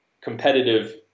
competitive